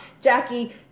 Jackie